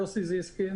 אני יוסי זיסקינד,